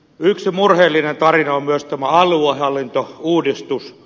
yksi murheellinen tarina on myös tämä aluehallintouudistus